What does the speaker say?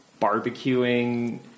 barbecuing